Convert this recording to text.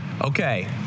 okay